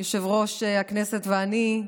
יושב-ראש הכנסת ואני,